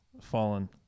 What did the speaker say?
Fallen